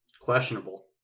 Questionable